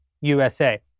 USA